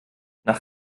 nach